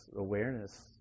awareness